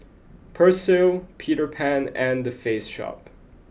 Persil Peter Pan and The Face Shop